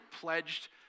pledged